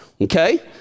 Okay